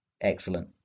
Excellent